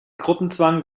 gruppenzwang